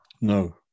No